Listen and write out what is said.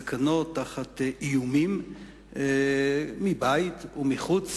בסכנות ובאיומים מבית ומחוץ